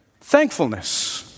thankfulness